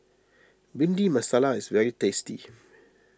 Bhindi Masala is very tasty